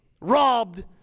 robbed